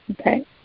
Okay